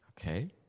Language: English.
Okay